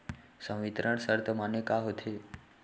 संवितरण शर्त माने का होथे?